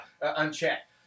unchecked